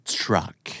truck